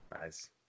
Nice